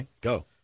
go